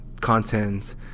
content